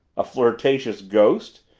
a flirtatious ghost?